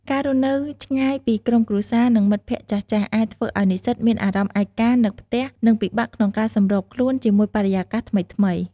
ការរស់នៅឆ្ងាយពីក្រុមគ្រួសារ និងមិត្តភ័ក្តិចាស់ៗ អាចធ្វើឲ្យនិស្សិតមានអារម្មណ៍ឯកា នឹកផ្ទះ និងពិបាកក្នុងការសម្របខ្លួនជាមួយបរិយាកាសថ្មីៗ។